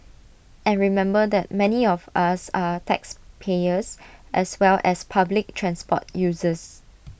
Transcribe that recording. and remember that many of us are taxpayers as well as public transport users